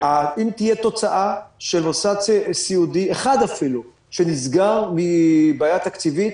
האם תהיה תוצאה של מוסד סיעודי אחד אפילו שנסגר מבעיה תקציבית?